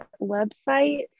website